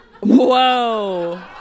Whoa